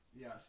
Yes